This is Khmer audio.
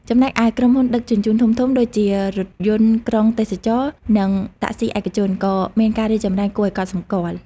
ចំណែកឯ ក្រុមហ៊ុនដឹកជញ្ជូន ធំៗដូចជារថយន្តក្រុងទេសចរណ៍ និងតាក់ស៊ីឯកជនក៏មានការរីកចម្រើនគួរឲ្យកត់សម្គាល់។